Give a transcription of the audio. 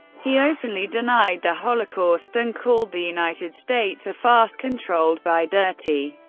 he openly denied the holocaust, and called the united states a farce controlled by dirty,